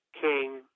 King